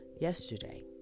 yesterday